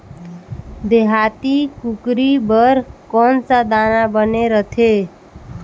देहाती कुकरी बर कौन सा दाना बने रथे?